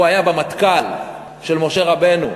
הוא היה במטכ"ל של משה רבנו.